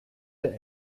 der